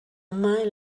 mile